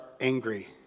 angry